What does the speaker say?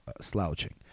slouching